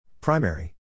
Primary